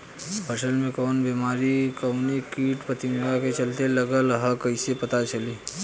फसल में कवन बेमारी कवने कीट फतिंगा के चलते लगल ह कइसे पता चली?